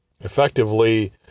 Effectively